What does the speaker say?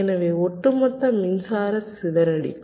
எனவே ஒட்டுமொத்த மின்சாரம் சிதறடிக்கும்